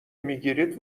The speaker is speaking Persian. میگیرید